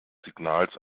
signals